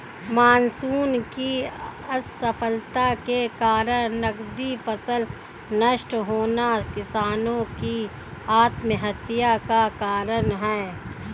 monsoon की असफलता के कारण नकदी फसल नष्ट होना किसानो की आत्महत्या का कारण है